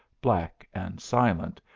black and silent,